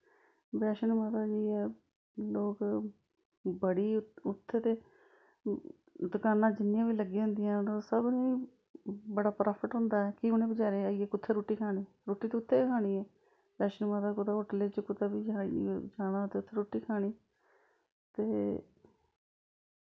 बैश्नो माता बी लोग बड़ी उत्थें ते दकानां जिन्नियां बी लग्गी दियां होंदियां सब बड़ा पराफिट होंदा ऐ कि उनै बचारैं आईयै कुत्थे रुट्टी खानी रुट्टी ते उत्थे गै खानी ऐ बैश्नो माता कुतै होचलै च कुतै बी जाना होए ते उत्थें रुट्टी खानी ते